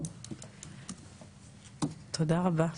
תודה רבה.